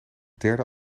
derde